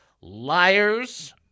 liars